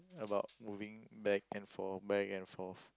about moving back and forth back and forth